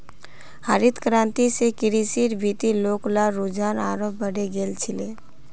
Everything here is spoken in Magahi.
हरित क्रांति स कृषिर भीति लोग्लार रुझान आरोह बढ़े गेल छिले